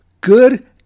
Good